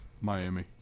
Miami